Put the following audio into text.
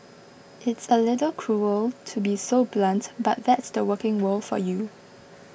it's a little cruel to be so blunt but that's the working world for you